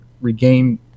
regain